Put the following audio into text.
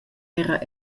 era